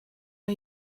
are